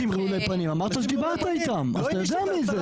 אמרת שדיברת איתם אז אתה יודע מי זה.